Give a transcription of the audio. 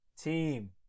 team